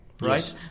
Right